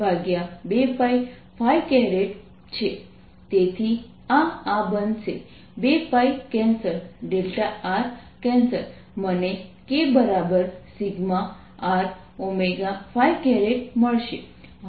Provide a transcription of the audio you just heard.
2A 0J J K σ2πr rr 2π σrω 2Ax 0Jx 2Ay 0Jy Az0 તેથી આ આ બનશે 2 કેન્સલ r કેન્સલ મને K σrω મળશે